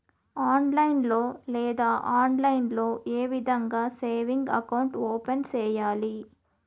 online లో లేదా offline లో ఏ విధంగా సేవింగ్ అకౌంట్ ఓపెన్ సేయాలి